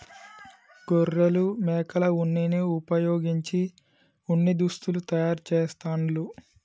గొర్రెలు మేకల ఉన్నిని వుపయోగించి ఉన్ని దుస్తులు తయారు చేస్తాండ్లు